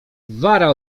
wara